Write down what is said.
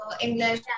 english